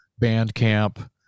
Bandcamp